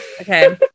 okay